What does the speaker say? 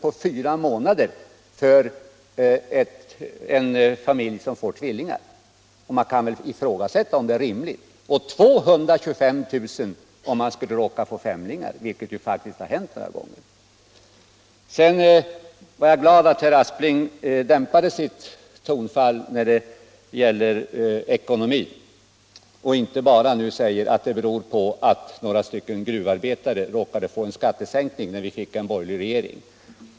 på fyra månader för en familj som får tvillingar — man kan väl ifrågasätta om det är rimligt — och 225 000 för en familj som råkar få femlingar, vilket ju faktiskt har hänt några gånger. Jag är glad att herr Aspling dämpade sitt tonfall när det gäller ekonomin och inte längre hävdar att det dåliga läget bara beror på att några gruvarbetare råkade få en skattesänkning när vi fick en borgerlig regering.